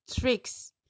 tricks